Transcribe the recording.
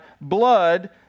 blood